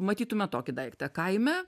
matytume tokį daiktą kaime